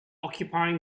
occupying